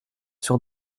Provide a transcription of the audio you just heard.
sur